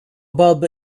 bob